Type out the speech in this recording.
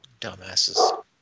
Dumbasses